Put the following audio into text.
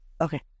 Okay